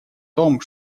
том